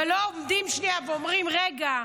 לא עומדים שנייה ואומרים: רגע,